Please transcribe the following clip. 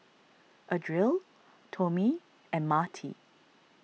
Adriel Tomie and Marti